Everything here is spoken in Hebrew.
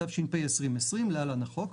התש"ף-2020 (להלן החוק),